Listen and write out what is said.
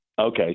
Okay